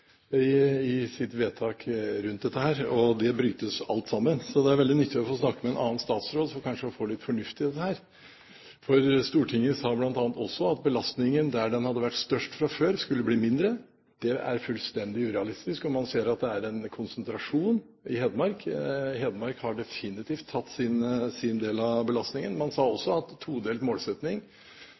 i sitt vedtak rundt dette, og det brytes alt sammen. Det er veldig nyttig å få snakke med en annen statsråd, så kanskje en får litt fornuft i dette. Stortinget sa bl.a. at belastningen der den hadde vært størst fra før, skulle bli mindre. Det er fullstendig urealistisk, og man ser at det er en konsentrasjon i Hedmark. Hedmark har definitivt tatt sin del av belastningen. Man sa også at todelt